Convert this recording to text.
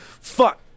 fuck